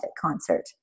concert